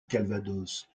calvados